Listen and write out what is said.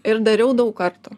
ir dariau daug kartų